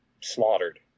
slaughtered